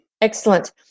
Excellent